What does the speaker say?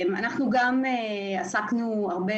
גם אנחנו עסקנו הרבה